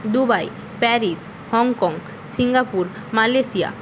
Dubai Paris Hong Kong Singapore Malaysia